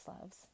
loves